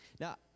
now